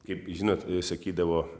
kaip žinot sakydavo